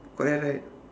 correct right